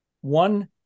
One